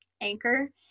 anchor